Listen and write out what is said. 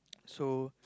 so